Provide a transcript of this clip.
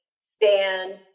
stand